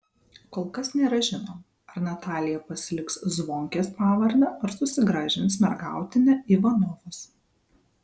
kol kas nėra žinoma ar natalija pasiliks zvonkės pavardę ar susigrąžins mergautinę ivanovos